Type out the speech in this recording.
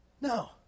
No